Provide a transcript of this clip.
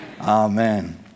Amen